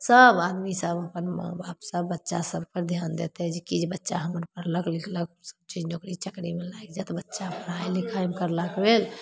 सभ आदमीसभ अपन सभ बच्चासभपर धिआन देतै जे कि बच्चा हमर पढ़लक लिखलक से नोकरी चाकरीमे लागि जाएत बच्चा पढ़ाइ लिखाइ करलकै